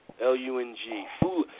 L-U-N-G